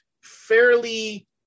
fairly